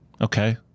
Okay